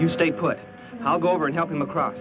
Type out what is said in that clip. you stay put i'll go over and help him across